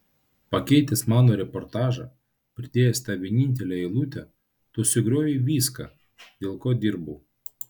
pakeitęs mano reportažą pridėjęs tą vienintelę eilutę tu sugriovei viską dėl ko dirbau